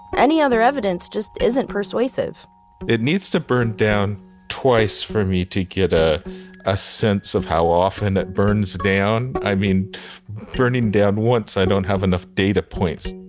any other evidence just isn't persuasive it needs to burn down twice for me to get ah a sense of how often it burns down. i mean burning down once, i don't have enough data points